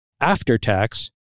after-tax